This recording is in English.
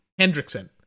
Hendrickson